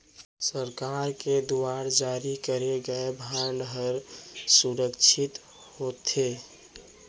सरकार के दुवार जारी करे गय बांड हर सुरक्छित होथे